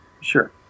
Sure